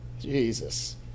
Jesus